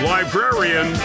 Librarian